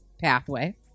pathway